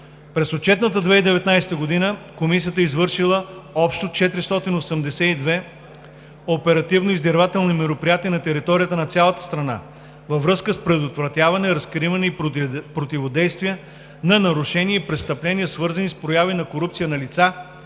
През отчетната 2019 г. Комисията е извършила общо 482 оперативно-издирвателни мероприятия на територията на цялата страна във връзка с предотвратяване, разкриване и противодействие на нарушения и престъпления, свързани с прояви на корупция на лица,